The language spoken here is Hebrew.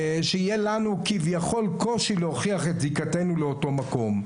שיהיה לנו כביכול קושי להוכיח את זיקתנו לאותו מקום.